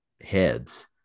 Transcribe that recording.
heads